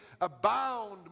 abound